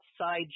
side